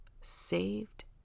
Saved